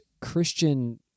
Christian